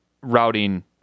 routing